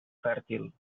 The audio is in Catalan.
fèrtil